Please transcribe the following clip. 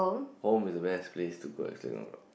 home is the best place to go and sleep you know